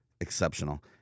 exceptional